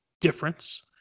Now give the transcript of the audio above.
difference